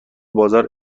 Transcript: بازار